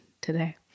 today